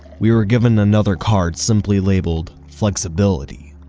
we were given another card, simply labeled flexibility.